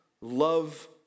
Love